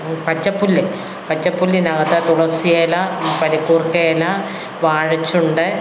പച്ചപ്പുല്ല് പച്ചപ്പുല്ലിനകത്ത് തുളസിയില പണിക്കൂർക്കയില വാഴച്ചുണ്ട്